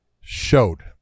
showed